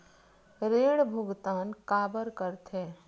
ऋण भुक्तान काबर कर थे?